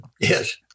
Yes